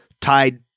tied